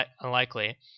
unlikely